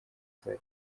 zari